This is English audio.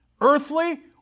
earthly